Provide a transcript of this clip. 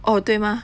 orh 对吗